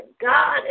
God